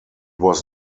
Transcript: was